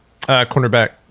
Cornerback